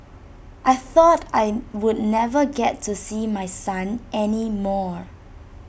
I thought I would never get to see my son any more